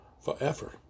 forever